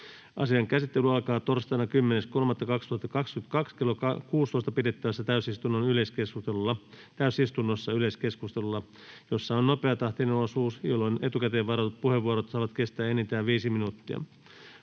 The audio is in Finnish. Asian käsittely alkaa torstaina 10.3.2022 kello 16 pidettävässä täysistunnossa yleiskeskustelulla, jossa on nopeatahtinen osuus, jolloin etukäteen varatut puheenvuorot saavat kestää enintään viisi minuuttia.